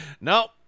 nope